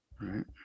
Right